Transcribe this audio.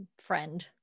friend